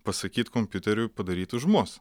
pasakyt kompiuteriui padaryt už mus